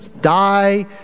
die